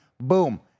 boom